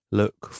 look